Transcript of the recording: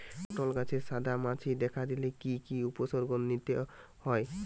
পটল গাছে সাদা মাছি দেখা দিলে কি কি উপসর্গ নিতে হয়?